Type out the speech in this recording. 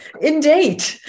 Indeed